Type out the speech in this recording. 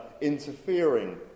interfering